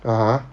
(uh huh)